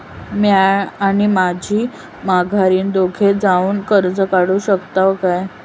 म्या आणि माझी माघारीन दोघे जावून कर्ज काढू शकताव काय?